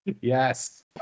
Yes